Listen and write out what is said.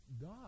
God